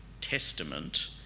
Testament